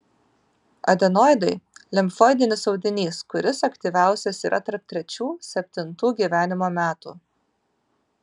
adenoidai limfoidinis audinys kuris aktyviausias yra tarp trečių septintų gyvenimo metų